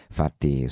fatti